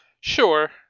sure